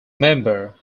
member